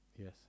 Yes